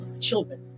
Children